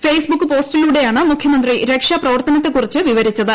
Facebook പോസ്റ്റിലൂടെയാണ് മുഖ്യമന്ത്രി രക്ഷാ പ്രവർത്തനത്തെക്കുറിച്ച് വിവരിച്ചത്